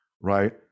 right